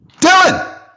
Dylan